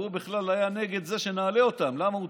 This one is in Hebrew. והוא בכלל היה נגד זה שנעלה אותם כי הוא